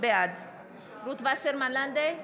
בעד רות וסרמן לנדה,